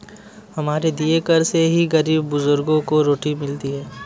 हमारे दिए कर से ही गरीब बुजुर्गों को रोटी मिलती है